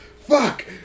fuck